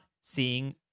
seeing